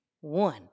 one